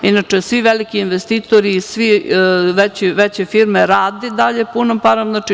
Inače, svi veliki investitori, sve veće firme rade i dalje punom parom.